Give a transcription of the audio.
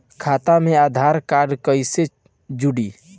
खाता मे आधार कार्ड कईसे जुड़ि?